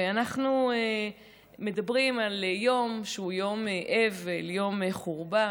ואנחנו מדברים על יום שהוא יום אבל, יום חורבן.